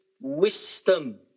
wisdom